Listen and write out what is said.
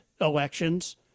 elections